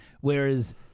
whereas